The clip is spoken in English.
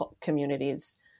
communities